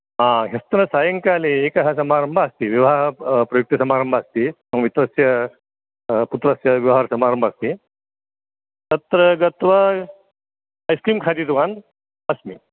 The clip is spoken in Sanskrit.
हा ह्यस्तनसायङ्काले एकः समारम्भः अस्ति विवाहप्रयुक्तसमारम्भ अस्ति मम मित्रस्य पुत्रस्य विवाहसमारम्भ अस्ति तत्र गत्वा ऐस्क्रीं खादितवान् अस्मि